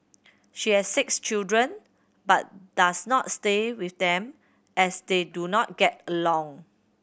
she has six children but does not stay with them as they do not get along